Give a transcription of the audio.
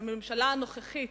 והממשלה הנוכחית